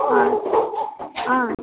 ಹಾಂ ಹಾಂ